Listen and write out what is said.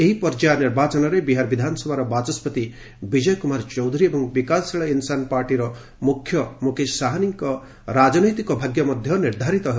ଏହି ପର୍ଯ୍ୟାୟ ନିର୍ବାଚନରେ ବିହାର ବିଧାନସଭାର ବାଚସ୍କତି ବିଜୟ କୁମାର ଚୌଧୁରୀ ଏବଂ ବିକାଶଶୀଳ ଇନ୍ସାନ୍ ପାର୍ଟିର ମୁଖ୍ୟ ମୁକେଶ ସାହାନୀଙ୍କ ରାଜନୈତିକ ଭାଗ୍ୟ ମଧ୍ୟ ନିର୍ଦ୍ଧାରିତ ହେବ